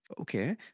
Okay